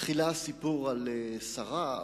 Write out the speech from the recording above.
תחילה סיפור על שרה,